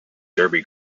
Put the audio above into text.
derby